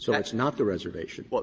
so it's not the reservation. but